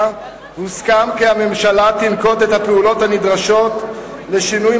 הוסכם כי הממשלה תנקוט את הפעולות הנדרשות לשינוי